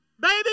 Baby